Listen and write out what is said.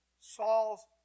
Saul's